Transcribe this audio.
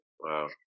Wow